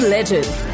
Legends